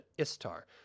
Istar